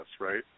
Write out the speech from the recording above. right